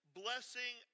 blessing